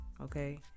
okay